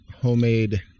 homemade